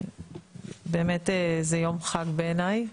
באמת זה יום חג בעיניי.